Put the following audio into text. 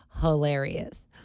hilarious